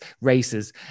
races